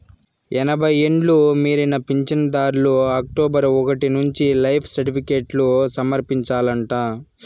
ఎనభై ఎండ్లు మీరిన పించనుదార్లు అక్టోబరు ఒకటి నుంచి లైఫ్ సర్టిఫికేట్లు సమర్పించాలంట